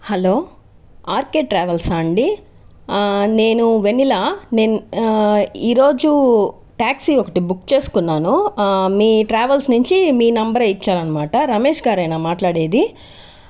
hello RK ట్రావెల్సా అండీ నేను వెన్నెల నేను ఈ రోజు ట్యాక్సీ ఒకటి బుక్ చేసుకున్నాను మీ ట్రావెల్స్ నుంచి మీ నెంబరే ఇచ్చారనమాట రమేష్ గారేనా మాట్లాడేది